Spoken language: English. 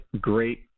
great